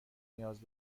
نیاز